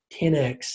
10x